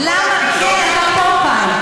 את יכולה להגיד את זה עוד פעם?